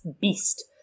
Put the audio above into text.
beast